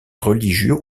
religieux